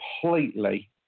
completely